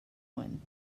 one